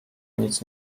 nic